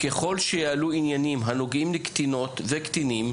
ככל שיעלו עניינים הנוגעים לקטינות ולקטינים,